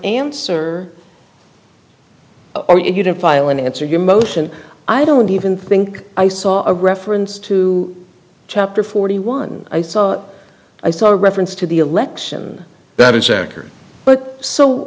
answer or you didn't file an answer your motion i don't even think i saw a reference to chapter forty one i saw i saw a reference to the election